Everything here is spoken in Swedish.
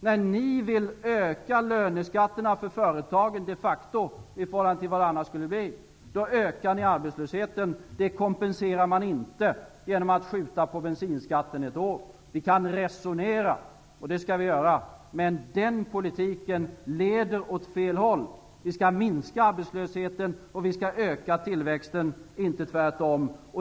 När ni de facto vill öka löneskatterna för företagen i förhållande till hur det annars skulle bli, ökar ni arbetslösheten. Det kompenserar man inte genom att skjuta på bensinskattehöjningen ett år. Vi kan resonera, och det skall vi göra, men den politiken leder åt fel håll. Vi skall minska arbetslösheten och öka tillväxten, inte tvärtom.